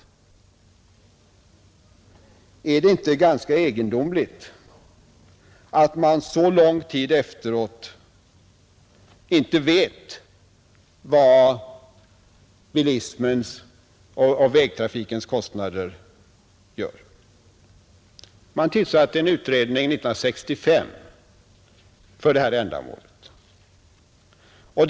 Är det inte ganska egendomligt att man så lång tid efteråt inte vet vad bilismens och vägtrafikens kostnader är? Man tillsatte en utredning för det här ändamålet år 1966.